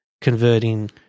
converting